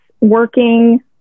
working